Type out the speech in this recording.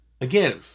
Again